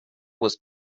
was